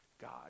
god